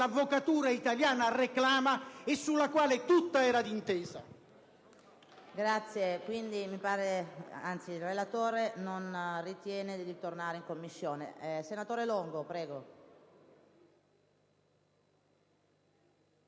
l'avvocatura italiana reclama e sulla quale tutta era d'accordo.